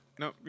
No